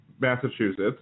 Massachusetts